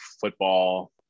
football